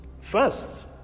first